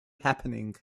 happening